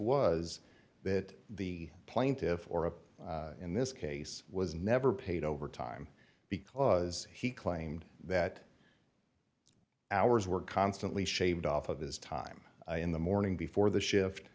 was that the plaintiffs or appt in this case was never paid overtime because he claimed that the hours were constantly shaved off of his time in the morning before the shift